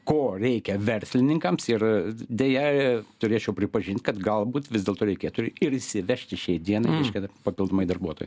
ko reikia verslininkams ir deja turėčiau pripažint kad galbūt vis dėlto reikėtų ir įsivežti šiai dienai reiškia papildomai darbuotojų